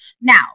now